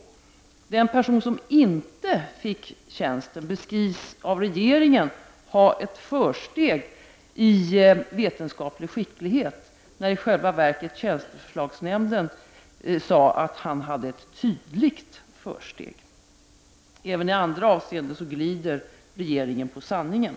Den person som inte fick tjänsten beskrevs av regeringen ha ett försteg i vetenskaplig skicklighet, när i själva verket tjänsteförslagsnämnden sade att han hade ett tydligt försteg. Även i andra avseenden glider regeringen på sanningen.